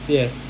yes